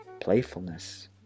playfulness